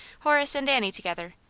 horace and annie together,